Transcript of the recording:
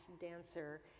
dancer